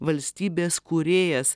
valstybės kūrėjas